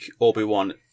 Obi-Wan